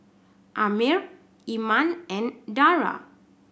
Ammir Iman and Dara